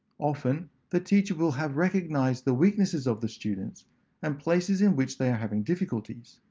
often, the teacher will have recognized the weaknesses of the students and places in which they are having difficulties.